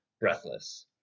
Breathless